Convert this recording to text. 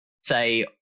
say